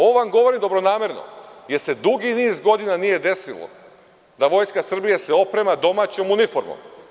Ovo vam govorim dobronamerno, jer se dugi niz godina nije desilo da se Vojska Srbije oprema domaćom uniformom.